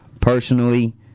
personally